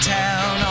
town